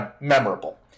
memorable